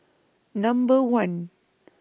Number one